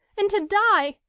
and to die!